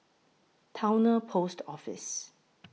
Towner Post Office